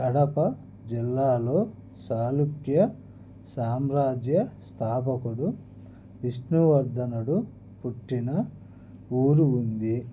కడప జిల్లాలో చాళుక్య సామ్రాజ్య స్థాపకుడు విష్ణువర్ధనుడు పుట్టిన ఊరు ఉంది